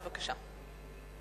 בבקשה.